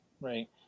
right